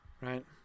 Right